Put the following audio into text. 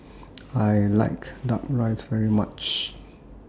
I like Duck Rice very much